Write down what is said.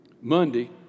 Monday